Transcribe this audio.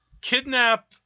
kidnap